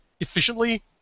efficiently